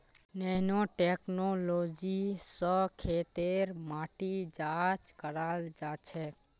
nano technology स खेतेर माटी जांच कराल जाछेक